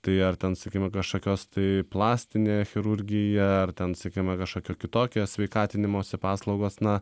tai ar ten sakykime kažkokios tai plastinė chirurgija ar ten siekiama kažkokio kitokio sveikatinimosi paslaugos na